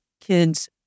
kids